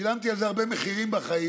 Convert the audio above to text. ושילמתי על זה הרבה מחירים בחיים,